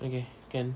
okay can